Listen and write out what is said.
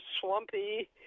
swampy